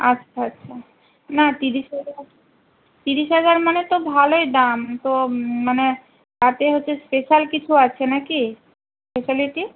আচ্ছা আচ্ছা না তিরিশ হাজার তিরিশ হাজার মানে তো ভালোই দাম তো মানে তাতে হচ্ছে স্পেশাল কিছু আছে না কি স্পেশালিটি